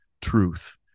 truth